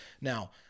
Now